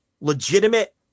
legitimate